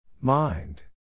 Mind